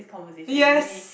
yes